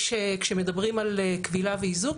כאשר מדברים על כבילה ואיזוק,